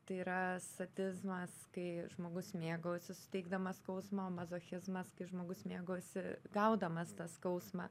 tai yra sadizmas kai žmogus mėgaujasi suteikdamas skausmą o mazochizmas kai žmogus mėgaujasi gaudamas tą skausmą